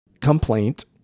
complaint